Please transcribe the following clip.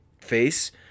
face